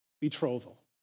betrothal